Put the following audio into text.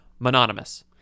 mononymous